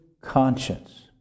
conscience